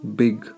big